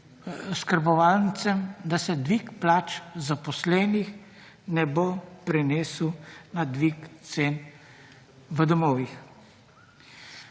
oskrbovancem, da se dvig plač zaposlenih ne bo prenesel na dvig cen v domovih.